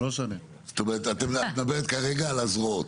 זאת אומרת את מדברת כרגע על הזרועות?